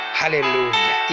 hallelujah